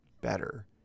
better